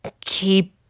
keep